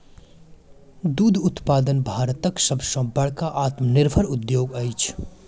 दूध उत्पादन भारतक सभ सॅ बड़का आत्मनिर्भर उद्योग अछि